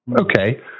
Okay